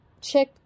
check